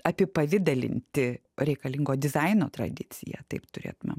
apipavidalinti reikalingo dizaino tradicija taip turėtumėm